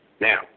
Now